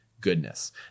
goodness